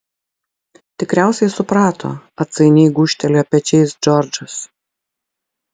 tikriausiai suprato atsainiai gūžtelėjo pečiais džordžas